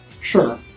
Sure